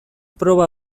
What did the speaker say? proba